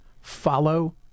Follow